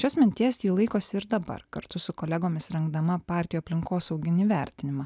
šios minties ji laikosi ir dabar kartu su kolegomis rengdama partijų aplinkosauginį vertinimą